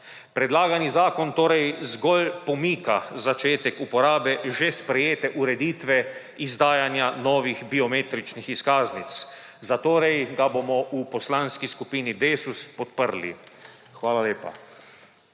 Predlagani zakon torej zgolj pomika začetek uporabe že sprejete ureditve izdajanja novih biometričnih izkaznic, zatorej ga bomo v Poslanski skupini Desus podprli. Hvala lepa.